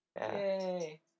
Yay